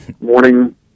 morning